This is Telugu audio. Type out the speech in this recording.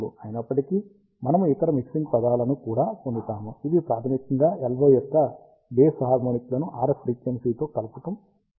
అయినప్పటికీ మనము ఇతర మిక్సింగ్ పదాలను కూడా పొందుతాము ఇవి ప్రాథమికంగా LO యొక్క బేసి హార్మోనిక్లను RF ఫ్రీక్వెన్సీతో కలపడం అవుతుంది